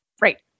right